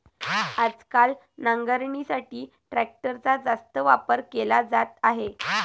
आजकाल नांगरणीसाठी ट्रॅक्टरचा जास्त वापर केला जात आहे